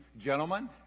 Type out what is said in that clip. gentlemen